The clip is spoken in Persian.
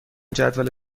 جدول